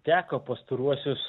teko pastaruosius